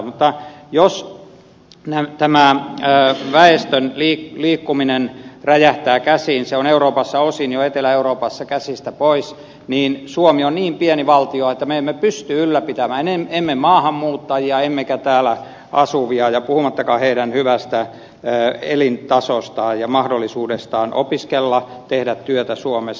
mutta jos tämä väestön liikkuminen räjähtää käsiin se on osin jo etelä euroopassa käsistä pois niin suomi on niin pieni valtio että me emme pysty ylläpitämään maahanmuuttajia emmekä täällä asuvia puhumattakaan heidän hyvästä elintasostaan ja mahdollisuudestaan opiskella tehdä työtä suomessa